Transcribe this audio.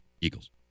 Eagles